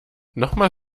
nochmal